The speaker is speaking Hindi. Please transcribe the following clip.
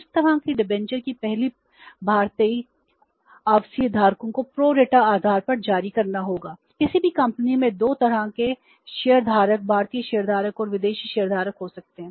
इस तरह की डिबेंचर को पहले भारतीय आवासीय धारकों को PRO RATA आधार पर जारी करना होगा किसी भी कंपनी में 2 तरह के शेयरधारक भारतीय शेयरधारक और विदेशी शेयरधारक हो सकते हैं